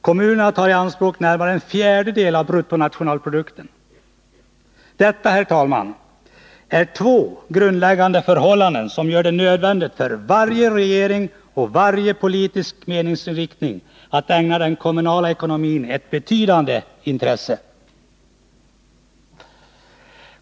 Kommunerna tar i anspråk närmare en fjärdedel av bruttonationalprodukten. Detta, herr talman, är två grundläggande förhållanden som gör det nödvändigt för varje regering och varje politisk meningsriktning att ägna den kommunala ekonomin ett betydande intresse.